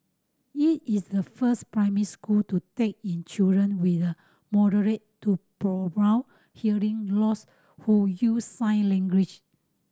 it is the first primary school to take in children with a moderate to profound hearing loss who use sign language